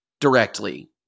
directly